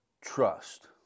trust